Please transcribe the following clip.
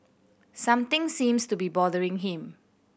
something seems to be bothering him